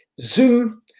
Zoom